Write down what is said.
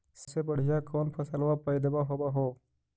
सबसे बढ़िया कौन फसलबा पइदबा होब हो?